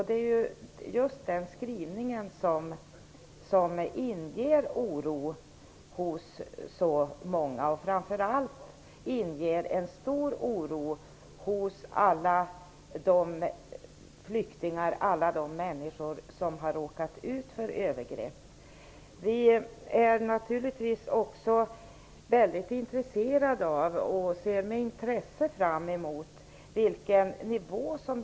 Det är just den skrivningen som inger oro hos så många. Framför allt inger den en stor oro hos alla de människor som har råkat ut för övergrepp. Vi är naturligtvis väldigt intresserade av vilken nivå som domstolen kommer att lägga sig på.